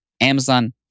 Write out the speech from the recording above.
Amazon